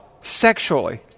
sexually